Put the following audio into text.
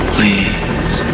Please